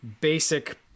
basic